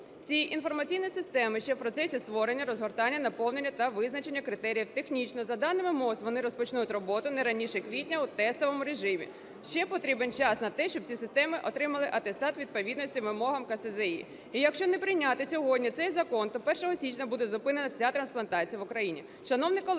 Ці інформаційні системи ще в процесі створення, розгортання, наповнення та визначення критеріїв. Технічно, за даними МОЗ, вони розпочнуть роботу не раніше квітня у тестовому режимі. Ще потрібен час на те, щоби ці системи отримали атестат відповідності вимогам КСЗІ. І якщо не прийняти сьогодні цей закон, то 1 січня буде зупинена вся трансплантація в Україні.